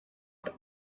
got